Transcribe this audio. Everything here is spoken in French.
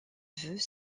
vœux